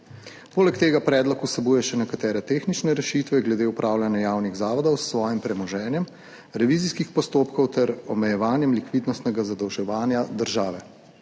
Poleg tega predlog vsebuje še nekatere tehnične rešitve glede upravljanja javnih zavodov s svojim premoženjem, revizijskih postopkov ter omejevanjem likvidnostnega zadolževanja države.